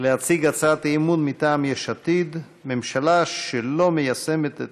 להציג הצעת אי-אמון מטעם יש עתיד: ממשלה שאינה מיישמת את